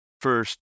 first